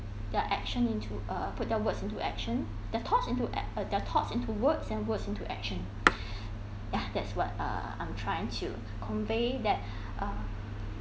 their words into action the thought into ac~ their thoughts into words and words into the action yeah that's what uh I'm trying to convey that uh